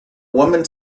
woman